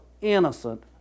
innocent